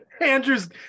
Andrew's